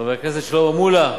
חבר הכנסת שלמה מולה,